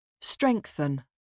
Strengthen